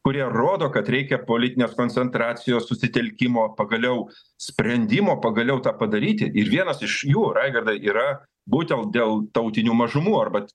kurie rodo kad reikia politinės koncentracijos susitelkimo pagaliau sprendimo pagaliau tą padaryti ir vienas iš jų raigardai yra būtent dėl tautinių mažumų arba